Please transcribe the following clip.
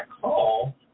call